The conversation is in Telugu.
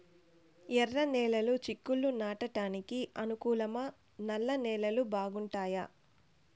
ఎర్రనేలలు చిక్కుళ్లు నాటడానికి అనుకూలమా నల్ల నేలలు బాగుంటాయా